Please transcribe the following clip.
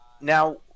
now